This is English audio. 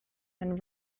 and